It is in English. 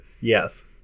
yes